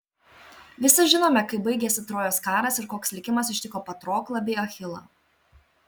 visi žinome kaip baigėsi trojos karas ir koks likimas ištiko patroklą bei achilą